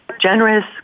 generous